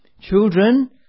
Children